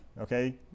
okay